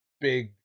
big